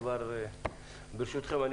ברשותכם,